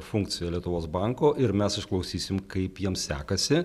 funkcija lietuvos banko ir mes išklausysim kaip jiems sekasi